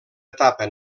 etapa